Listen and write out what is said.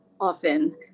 often